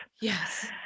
Yes